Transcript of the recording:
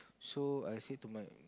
so I say to my